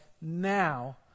now